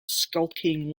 skulking